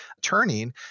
turning